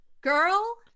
Girl